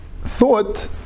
thought